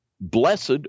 blessed